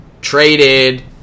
traded